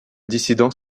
dissidents